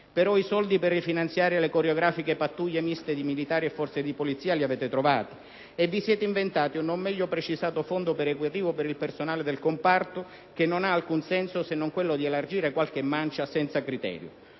Però i soldi per rifinanziare le coreografiche pattuglie miste di militari e forze di polizia li avete trovati, e vi siete inventati un non meglio precisato fondo perequativo per il personale del comparto, che non ha alcun senso se non quello di elargire qualche mancia senza criterio.